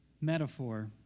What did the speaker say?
metaphor